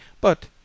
but